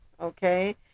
okay